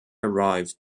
arrived